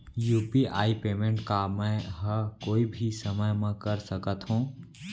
UPI payment का मैं ह कोई भी समय म कर सकत हो?